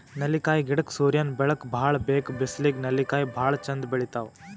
ನೆಲ್ಲಿಕಾಯಿ ಗಿಡಕ್ಕ್ ಸೂರ್ಯನ್ ಬೆಳಕ್ ಭಾಳ್ ಬೇಕ್ ಬಿಸ್ಲಿಗ್ ನೆಲ್ಲಿಕಾಯಿ ಭಾಳ್ ಚಂದ್ ಬೆಳಿತಾವ್